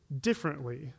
differently